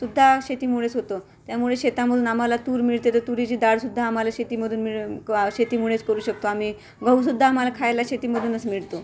सुद्धा शेतीमुळेच होतो त्यामुळे शेतामधून आम्हाला तूर मिळते तर तुरीची डाळसुद्धा आम्हाला शेतीमधून शेतीमुळेच करू शकतो आम्ही गहूसुद्धा आम्हाला खायला शेतीमधूनच मिळतो